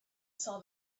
saw